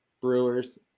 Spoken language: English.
Brewers